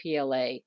PLA